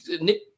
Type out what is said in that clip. Nick